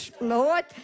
Lord